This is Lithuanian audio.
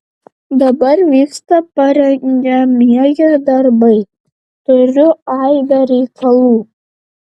dabar vyksta parengiamieji darbai turiu aibę reikalų